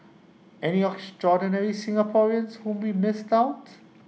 any extraordinary Singaporeans whom we missed out